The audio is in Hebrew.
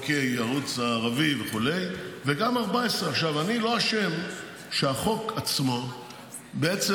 הערוץ הערבי וגם 14. אני לא אשם שהחוק עצמו בעצם